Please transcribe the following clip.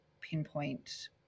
pinpoint